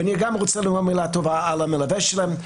ואני גם רוצה לומר מילה טובה על המלווה שלהם,